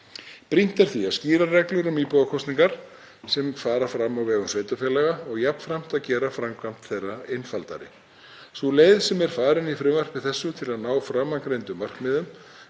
Brýnt er því að skýra reglur um íbúakosningar sem fara fram á vegum sveitarfélaga og jafnframt að gera framkvæmd þeirra einfaldari. Sú leið sem farin er í frumvarpi þessu til að ná framangreindum markmiðum